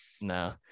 No